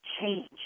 change